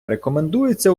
рекомендується